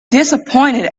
disappointed